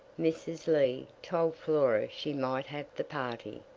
mrs. lee told flora she might have the party,